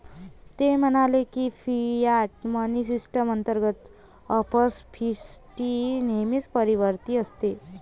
ते म्हणाले की, फियाट मनी सिस्टम अंतर्गत अपस्फीती नेहमीच प्रतिवर्ती असते